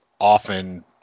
often